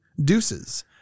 Deuces